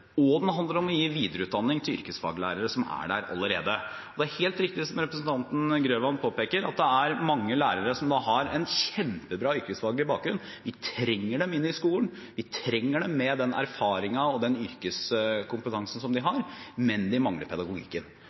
og det handler om å gi videreutdanning til yrkesfaglærere som er der allerede. Det er helt riktig som representanten Grøvan påpeker, at det er mange lærere som har en kjempebra yrkesfaglig bakgrunn – vi trenger dem inn i skolen, vi trenger dem med den erfaringen og den yrkeskompetansen som de har, men de mangler pedagogikken.